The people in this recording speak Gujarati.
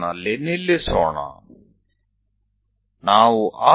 તો જ્યાં પણ તે છેદે છે ત્યાં આપણે થોભીએ